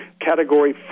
Category